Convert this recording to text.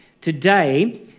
Today